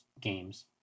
games